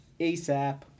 ASAP